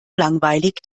langweilig